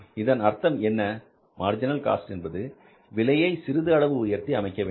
இதன் அர்த்தம் என்ன மார்ஜினல் காஸ்ட் என்பது விலையை சிறிது அளவு உயர்த்தி அமைக்க வேண்டும்